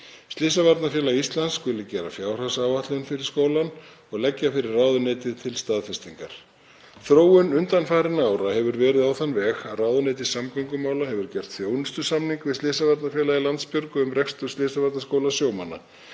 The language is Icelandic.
Slysavarnafélag Íslands skuli gera fjárhagsáætlun fyrir skólann og leggja fyrir ráðuneytið til staðfestingar. Þróun undanfarinna ára hefur verið á þann veg að ráðuneyti samgöngumála hefur gert þjónustusamning við Slysavarnafélagið Landsbjörgu um rekstur Slysavarnaskóla sjómanna.